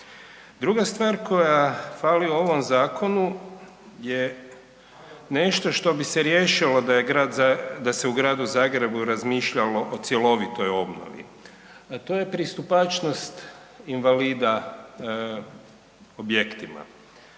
Druga stvar koja fali u ovom Zakonu je nešto što bi se riješilo da je Grad Zagreb, da se u Gradu Zagrebu razmišljalo o cjelovitoj obnovi, a to je pristupačnost invalida objektima.